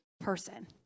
person